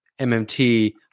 MMT